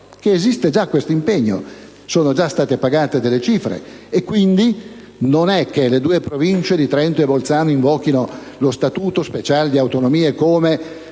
che esiste già questo impegno e che sono già state pagate delle somme. Quindi, non è che le due Province di Trento e Bolzano invochino lo statuto speciale delle autonomie come